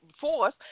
force